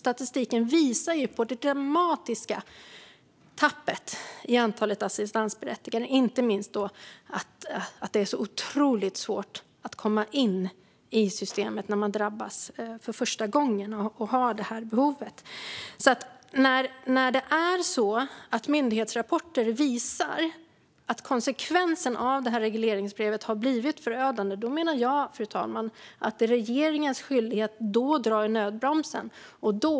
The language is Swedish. Statistiken visar det dramatiska tappet i antalet assistansberättigade och inte minst att det är otroligt svårt att komma in i systemet när man drabbas för första gången och har det här behovet. När myndighetsrapporter visar att konsekvenserna av det här regleringsbrevet har blivit förödande menar jag, fru talman, att det är regeringens skyldighet att dra i nödbromsen.